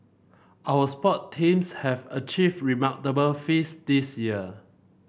our sport teams have achieved remarkable feats this year